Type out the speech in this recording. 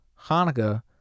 Hanukkah